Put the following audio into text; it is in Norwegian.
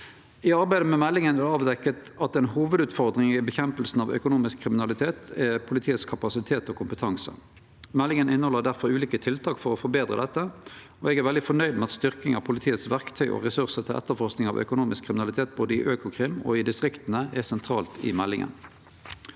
I arbeidet med meldinga er det avdekt at ei hovudutfordring i kampen mot økonomisk kriminalitet er kapasitet og kompetanse i politiet. Meldinga inneheld difor ulike tiltak for å forbetre dette. Eg er veldig fornøgd med at styrking av politiets verktøy og ressursar til etterforsking av økonomisk kriminalitet, både i Økokrim og i distrikta, er sentralt i meldinga.